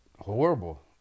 horrible